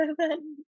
seven